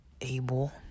able